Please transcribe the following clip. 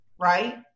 right